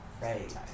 Right